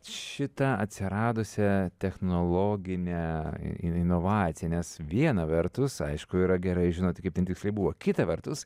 šitą atsiradusią technologinę inovaciją nes viena vertus aišku yra gerai žinot kaip ten tiksliai buvo kita vertus